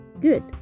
Good